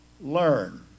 learn